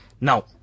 Now